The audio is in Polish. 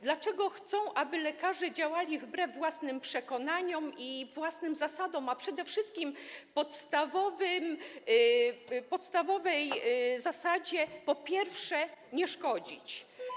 Dlaczego chcą, aby lekarze działali wbrew własnym przekonaniom i własnym zasadom, a przede wszystkim wbrew podstawowej zasadzie: po pierwsze nie szkodzić?